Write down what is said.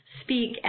speak